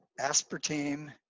aspartame